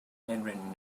handwritten